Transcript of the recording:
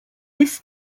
this